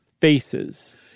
faces